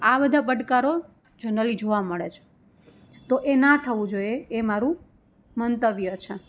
આ બધા પડકારો જનરલી જોવા મળે છે તો એ ના થવું જોઈએ એ મારું મંતવ્ય છે